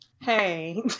hey